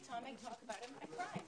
שהמורשת שהוא השאיר לנו היא חשובה לאנשים